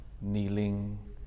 kneeling